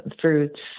fruits